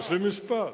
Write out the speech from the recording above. להשלים משפט.